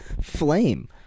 Flame